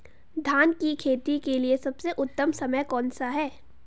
धान की खेती के लिए सबसे उत्तम समय कौनसा है?